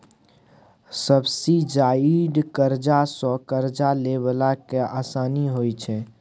subsidised करजा सँ करजा लए बला केँ आसानी होइ छै